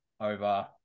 over